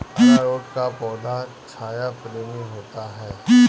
अरारोट का पौधा छाया प्रेमी होता है